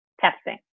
Testing